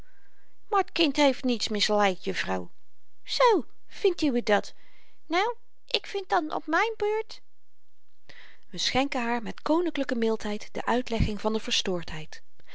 maar t kind heeft niets miszeid jufvrouw zoo vindt uwe dat nu ik vind dan op myn beurt we schenken haar met koninklyke mildheid de uitlegging van r verstoordheid